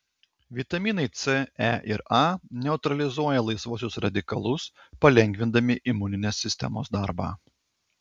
vitaminai c e ir a neutralizuoja laisvuosius radikalus palengvindami imuninės sistemos darbą